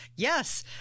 Yes